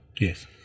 Yes